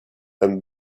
and